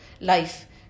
life